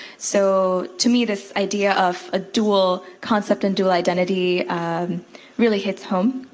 so, to me, this idea of a dual concept and dual identity really hits home.